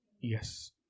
Yes